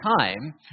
time